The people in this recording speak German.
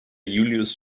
julius